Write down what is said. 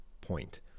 point